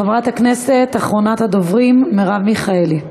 אחרונת הדוברים, חברת הכנסת מרב מיכאלי.